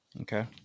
Okay